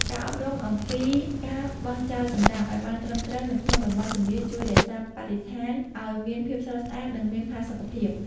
ការអប់រំអំពីការបោះចោលសម្រាមឱ្យបានត្រឹមត្រូវនៅក្នុងតំបន់ជម្លៀសជួយរក្សាបរិស្ថានឱ្យមានភាពស្រស់ស្អាត និងមានផាសុកភាព។